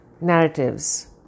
narratives